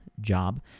job